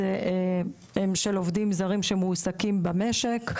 הם של עובדים זרים שמועסקים במשק,